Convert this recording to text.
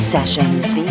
Sessions